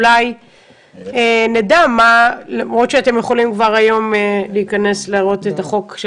אולי נדע למרות שאתם יכולים כבר היום לראות את החוק של